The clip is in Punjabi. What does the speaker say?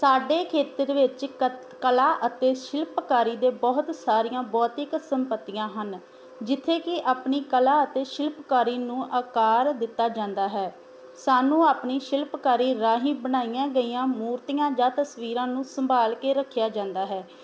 ਸਾਡੇ ਖੇਤਰ ਵਿੱਚ ਕ ਕਲਾ ਅਤੇ ਸ਼ਿਲਪਕਾਰੀ ਦੇ ਬਹੁਤ ਸਾਰੀਆਂ ਬੋਹਤਿਕ ਸੰਪਤੀਆਂ ਹਨ ਜਿੱਥੇ ਕਿ ਆਪਣੀ ਕਲਾ ਅਤੇ ਸ਼ਿਲਪਕਾਰੀ ਨੂੰ ਆਕਾਰ ਦਿੱਤਾ ਜਾਂਦਾ ਹੈ ਸਾਨੂੰ ਆਪਣੀ ਸ਼ਿਲਪਕਾਰੀ ਰਾਹੀਂ ਬਣਾਈਆਂ ਗਈਆਂ ਮੂਰਤੀਆਂ ਜਾਂ ਤਸਵੀਰਾਂ ਨੂੰ ਸੰਭਾਲ ਕੇ ਰੱਖਿਆ ਜਾਂਦਾ ਹੈ